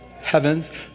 Heavens